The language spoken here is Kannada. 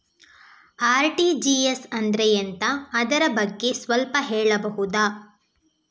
ಆರ್.ಟಿ.ಜಿ.ಎಸ್ ಅಂದ್ರೆ ಎಂತ ಅದರ ಬಗ್ಗೆ ಸ್ವಲ್ಪ ಹೇಳಬಹುದ?